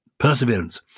perseverance